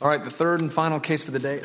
all right the third and final case for the day